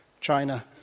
China